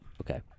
Okay